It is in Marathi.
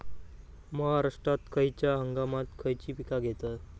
महाराष्ट्रात खयच्या हंगामांत खयची पीका घेतत?